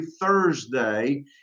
Thursday